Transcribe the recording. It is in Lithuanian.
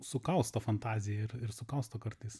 sukausto fantaziją ir ir sukausto kartais